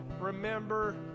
remember